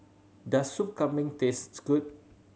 does Soup Kambing taste good